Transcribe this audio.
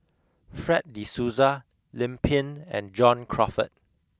Fred de Souza Lim Pin and John Crawfurd